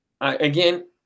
Again